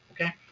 okay